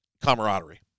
camaraderie